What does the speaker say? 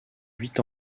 huit